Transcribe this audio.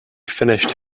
finished